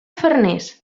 farners